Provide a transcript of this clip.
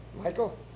Michael